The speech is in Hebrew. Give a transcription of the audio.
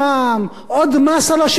עוד מס על השירותים הציבוריים,